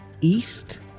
east